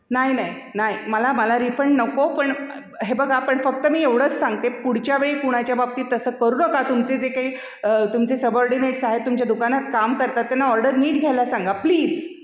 नाई नाई नाई मला मला रिफंड नको पण हे बघा पण फक्त मी एवढंच सांगते पुढच्या वेळी कोणाच्या बाबतीत तसं करू नका तुमचे जे काई तुमचे सबॉर्डिनेट्स आहेत तुमच्या दुकानात काम करतात त्यांना ऑर्डर नीट घ्यायला सांगा प्लीज